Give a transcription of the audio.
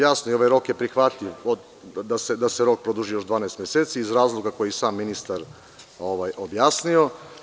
Jasno, i ovaj rok je prihvatljiv da se rok produži još 12 meseci, iz razloga koji je sam ministar objasnio.